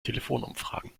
telefonumfragen